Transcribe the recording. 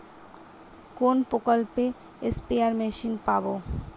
কোন প্রকল্পে spare machine পাব?